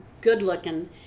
good-looking